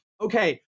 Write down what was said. okay